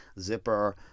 zipper